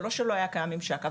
זה לא שלא היה קיים ממשק.